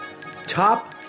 top